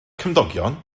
cymdogion